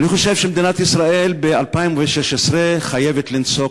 אני חושב שמדינת ישראל ב-2016 חייבת לנסוק